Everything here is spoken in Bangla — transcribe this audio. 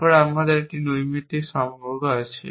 তারপর আমাদের একটি নৈমিত্তিক সম্পর্ক আছে